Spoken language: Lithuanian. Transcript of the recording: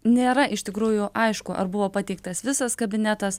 nėra iš tikrųjų aišku ar buvo pateiktas visas kabinetas